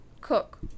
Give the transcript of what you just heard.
cook